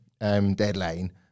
Deadline